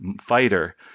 fighter